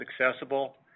accessible